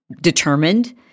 determined